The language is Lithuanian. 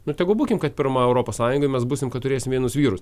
nu ir tegu būkim kad pirma europos sąjungoj mes būsim kad turėsim vienus vyrus